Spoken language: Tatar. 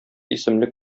исемле